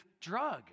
drug